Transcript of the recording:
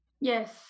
Yes